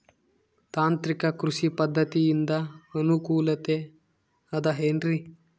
ತಾಂತ್ರಿಕ ಕೃಷಿ ಪದ್ಧತಿಯಿಂದ ಅನುಕೂಲತೆ ಅದ ಏನ್ರಿ?